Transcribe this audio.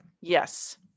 Yes